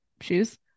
shoes